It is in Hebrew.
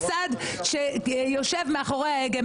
הצד שיושב מאחורי ההגה,